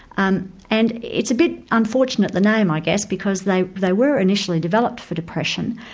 um and it's a bit unfortunate the name, i guess, because they they were initially developed for depression.